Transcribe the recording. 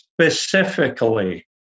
specifically